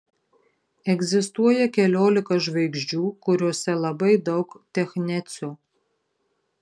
egzistuoja keliolika žvaigždžių kuriose labai daug technecio